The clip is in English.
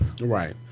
Right